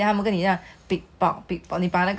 you know 那种 japanese 他们喜欢吃那个 hamburg stick